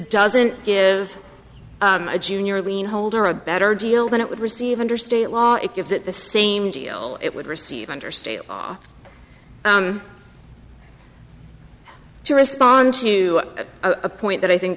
doesn't give a junior lien holder a better deal than it would receive under state law it gives it the same deal it would receive under state law to respond to a point that i think